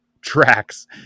tracks